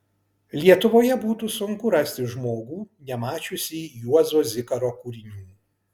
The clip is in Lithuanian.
lietuvoje būtų sunku rasti žmogų nemačiusį juozo zikaro kūrinių